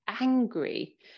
angry